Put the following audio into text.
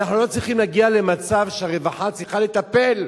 אנחנו לא צריכים להגיע למצב שהרווחה צריכה לטפל.